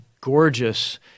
Gorgeous